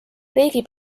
riigi